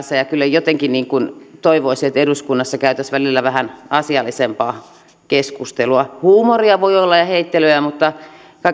tekemisissä ja kyllä jotenkin toivoisin että eduskunnassa käytäisiin välillä vähän asiallisempaa keskustelua huumoria voi olla ja heittelyä mutta